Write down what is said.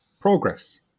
progress